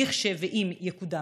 כש- ואם יקודם.